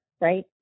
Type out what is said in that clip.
right